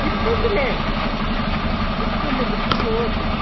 lift ఉంది lift ఉంది లిఫ్ట్కి పోవచ్చు